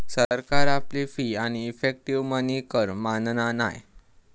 सरकार आपली फी आणि इफेक्टीव मनी कर मानना नाय